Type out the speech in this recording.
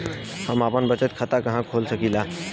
हम आपन बचत खाता कहा खोल सकीला?